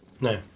No